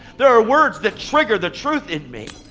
there are words that trigger the truth in me.